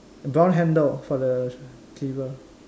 brown handle for the cleaver